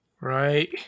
Right